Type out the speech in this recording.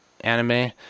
anime